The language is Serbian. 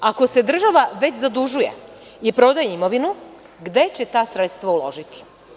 Ako se država već zadužuje i prodaje imovinu, gde će ta sredstva uložiti?